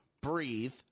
Breathe